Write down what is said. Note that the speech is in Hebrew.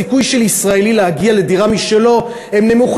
הסיכוי של ישראלי להגיע לדירה משלו נמוך